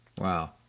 Wow